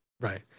Right